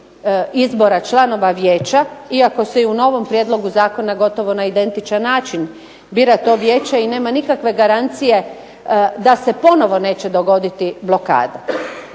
izbora članova Vijeća, iako se u novom prijedlogu zakona gotovo na identičan način bira to Vijeća i nema nikakve garancije da se ponovo neće dogoditi blokada.